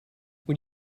when